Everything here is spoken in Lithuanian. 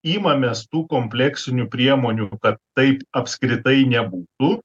imamės tų kompleksinių priemonių kad taip apskritai nebūtų